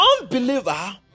unbeliever